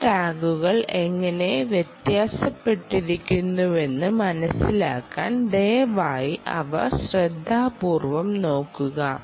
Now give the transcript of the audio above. ഈ ടാഗുകൾ എങ്ങനെ വ്യത്യാസപ്പെട്ടിരിക്കുന്നുവെന്ന് മനസിലാക്കാൻ ദയവായി അവ ശ്രദ്ധാപൂർവ്വം നോക്കുക